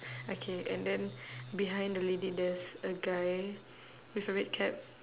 okay and then behind the lady there's a guy with a red cap